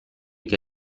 che